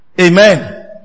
Amen